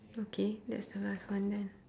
okay that's the last one then